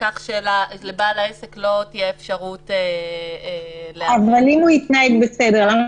כך שלבעל העסק לא תהיה אפשרות --- אבל אם הוא יתנהג בסדר,